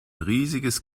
riesiges